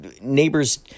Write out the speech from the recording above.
neighbors